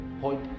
point